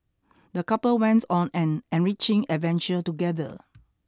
the couple went on an enriching adventure together